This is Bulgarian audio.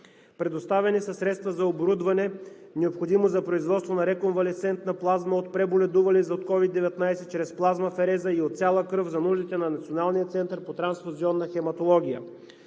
Предоставени са средства за оборудване, необходимо за производство на реконвалесцентна плазма от преболедували COVID-19 чрез плазмафереза и от цяла кръв за нуждите на Националния център по трансфузионна хематология.